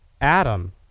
Adam